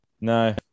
No